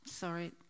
Sorry